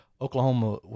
Oklahoma